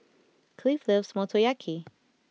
Cliff loves Motoyaki